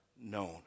known